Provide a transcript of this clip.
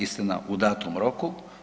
Istina u datom roku.